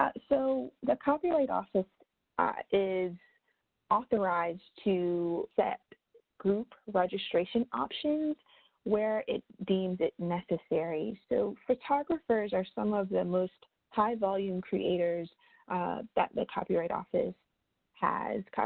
ah so, the copyright office is authorized to the group registration option where it deems it necessary. so, photographers are some of the most high-volume creators that the copyright office has.